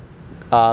oh